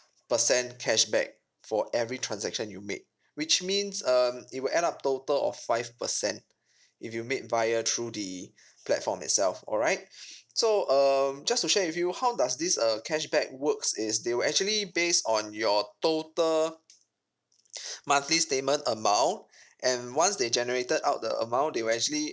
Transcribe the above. percent cashback for every transaction you made which means um it will add up total of five percent if you made via through the platform itself alright so um just to share with you how does this uh cashback works is they will actually based on your total monthly statement amount and once they generated out the amount they will actually